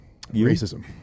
Racism